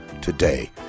today